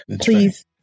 Please